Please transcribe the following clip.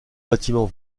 bâtiment